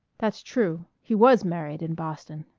that's true. he was married in boston.